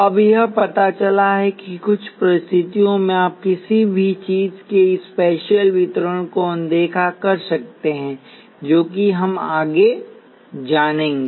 अब यह पता चला है कि कुछ परिस्थितियों में आप किसी भी चीज़ के स्पेशियल वितरण को अनदेखा कर सकते हैं जैसा कि हम आगे जानेंगे